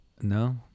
No